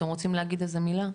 אתם רוצים להגיד מילה?